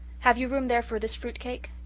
have you room there for this fruit-cake?